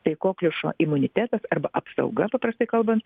tai kokliušo imunitetas arba apsauga paprastai kalbant